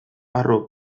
harro